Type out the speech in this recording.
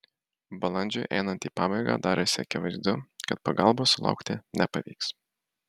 balandžiui einant į pabaigą darėsi akivaizdu kad pagalbos sulaukti nepavyks